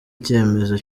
icyemezo